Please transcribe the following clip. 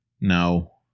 no